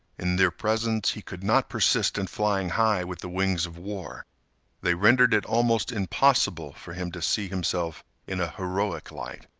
in their presence he could not persist in flying high with the wings of war they rendered it almost impossible for him to see himself in a heroic light.